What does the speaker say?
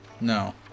No